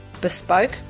bespoke